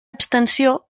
abstenció